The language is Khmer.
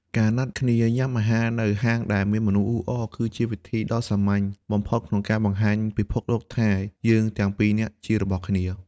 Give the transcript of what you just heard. ការណាត់គ្នាញ៉ាំអាហារនៅហាងដែលមានមនុស្សអ៊ូអរ គឺជាវិធីដ៏សាមញ្ញបំផុតក្នុងការបង្ហាញពិភពលោកថា «យើងទាំងពីរជារបស់គ្នា»។